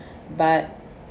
but